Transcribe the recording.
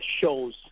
shows